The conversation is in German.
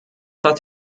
hat